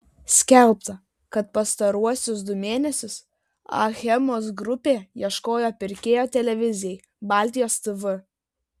skelbta kad pastaruosius du mėnesius achemos grupė ieškojo pirkėjo televizijai baltijos tv